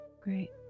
Great